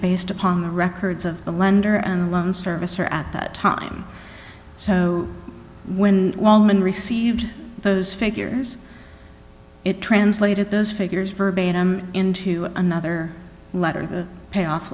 based upon the records of the lender and loan servicer at that time so when womyn received those figures it translated those figures verbatim into another letter the payoff